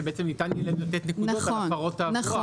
שבעצם ניתן יהיה לתת נקודות על עבירות תעבורה,